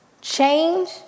Change